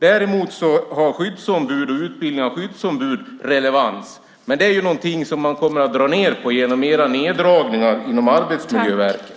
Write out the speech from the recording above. Däremot har skyddsombud och utbildning av skyddsombud relevans, men det är ju någonting som man kommer att dra ned på genom era neddragningar inom Arbetsmiljöverket.